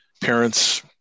Parents